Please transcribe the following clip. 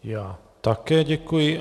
Já také děkuji.